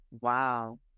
wow